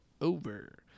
over